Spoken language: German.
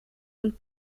und